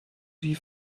die